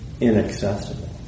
inaccessible